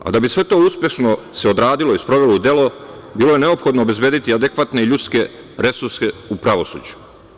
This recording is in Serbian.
Da bi sve to uspešno se odradilo i sprovelo u delo, bilo je neophodno obezbediti adekvatne i ljudske resurse u pravosuđu.